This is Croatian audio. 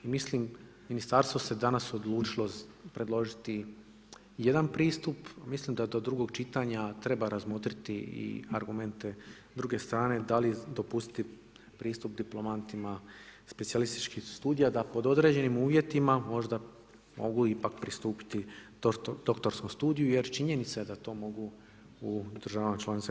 I mislim Ministarstvo se danas odlučiti predložiti jedan pristup, mislim da do drugog čitanja, treba razmotriti i argumente druge strane, da li dopustiti pristup diplomantima, specijalističkih studija, da pod određenim uvjetima možda mogu ipak pristupiti doktorskom studiju, jer činjenica je da to mogu u državama članica EU.